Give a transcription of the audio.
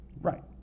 Right